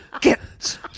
get